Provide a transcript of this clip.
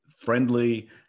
friendly